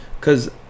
Cause